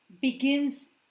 begins